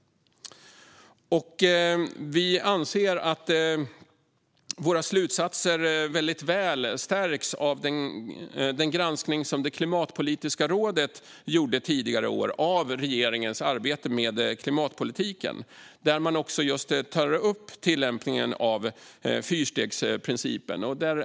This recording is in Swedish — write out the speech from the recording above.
Vi anser att våra slutsatser mycket väl stärks av den granskning som Klimatpolitiska rådet gjorde tidigare i år av regeringens arbete med klimatpolitiken, där man just tar upp tillämpningen av fyrstegsprincipen.